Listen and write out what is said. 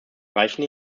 reichen